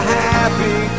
happy